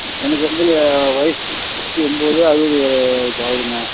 எனக்கு வந்து வயசு ஐம்பத்தி ஒம்போது அறுபது இப்போ ஆகுதுங்க